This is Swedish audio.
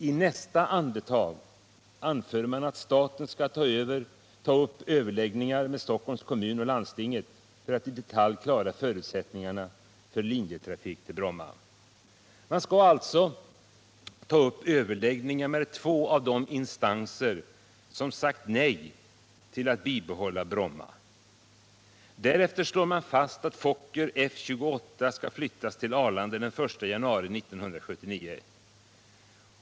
I nästa andetag anför man att staten skall ta upp överläggningar med Stockholms kommun och landstinget för att i detalj klarlägga förutsättningarna för linjetrafik på Bromma. Man skall alltså ta upp överläggningar med två instanser som sagt nej till ett bibehållande av Bromma. Därefter slår man fast att Fokker F-28 skall flyttas till Arlanda den 1 januari 1979.